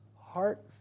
heart